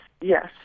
yes